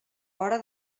hora